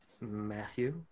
Matthew